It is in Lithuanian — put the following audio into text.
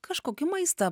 kažkokį maistą